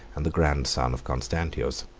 and the grandson of constantius.